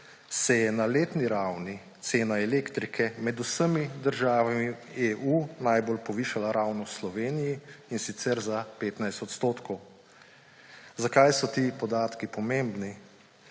se je na letni ravni cena elektrike med vsemi državami EU najbolj povišala ravno v Sloveniji, in sicer za 15 %. Zakaj so ti podatki pomembni?